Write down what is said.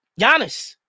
Giannis